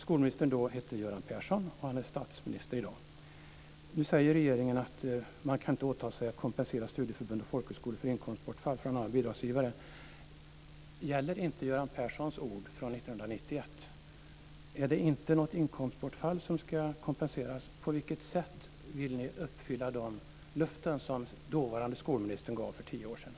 Skolministern då hette Göran Persson, och han är statsminister i dag. Nu säger regeringen att man inte kan åta sig att kompensera studieförbund och folkhögskolor för inkomstbortfall från andra bidragsgivare. Gäller inte Göran Perssons ord från 1991? Är det inte något inkomstbortfall som ska kompenseras? På vilket sätt vill ni uppfylla de löften som dåvarande skolministern gav för tio år sedan?